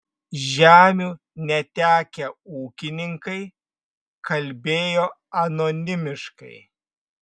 žemių netekę ūkininkai kalbėjo anonimiškai